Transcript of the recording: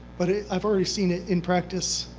but i've already seen it in practice.